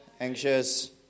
anxious